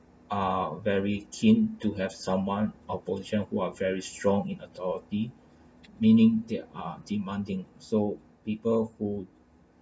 are very keen to have someone a position who are very strong in authority meaning they are demanding so people who